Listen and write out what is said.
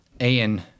Ian